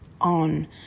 on